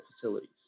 facilities